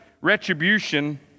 retribution